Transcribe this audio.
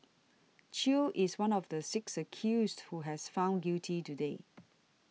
Chew is one of the six accused who has found guilty today